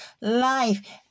life